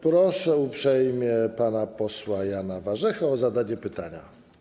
Proszę uprzejmie pana posła Jana Warzechę o zadanie pytania.